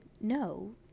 no